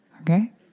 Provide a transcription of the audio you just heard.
okay